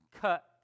cut